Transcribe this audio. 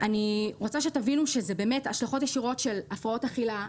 אני רוצה שתבינו שיש לכך השלכות ישירות של הפרעות אכילה,